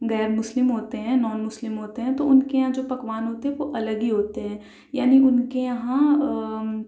غیر مسلم ہوتے ہیں نان مسلم ہوتے ہیں تو ان کے یہاں جو پکوان ہوتے ہیں وہ الگ ہی ہوتے ہیں یعنی ان کے یہاں